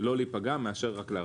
לא להיפגע מאשר רק להרוויח.